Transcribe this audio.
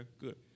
good